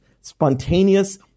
spontaneous